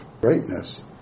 greatness